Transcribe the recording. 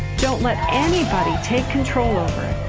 don't let anybody take control over it.